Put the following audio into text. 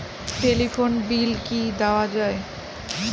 Telephone bill কি দেওয়া যায়?